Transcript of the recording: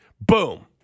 Boom